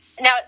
Now